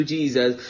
Jesus